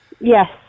Yes